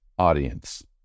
audience